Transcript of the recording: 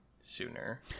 sooner